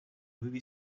movie